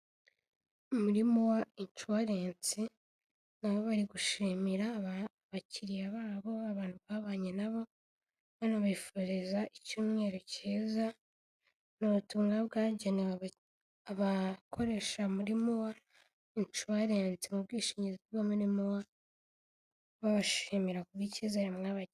Muri mowa inshuwarensi nabo bari gushimira abakiriya babo, abantu babanye nabo banabifuriza icyumweru cyiza, ni ubutumwa bwagenewe abakoresha muri mowa inshuwarensi, mu bwishingizi muri mowa babashimira ku icyizere mwabagiriye.